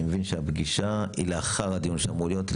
מבין שהפגישה היא לאחר הדיון שאמור להיות.